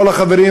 כל החברים,